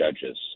judges